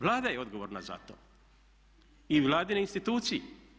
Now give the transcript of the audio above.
Vlada je odgovorna za to i Vladine institucije.